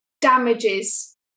damages